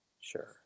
Sure